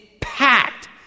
packed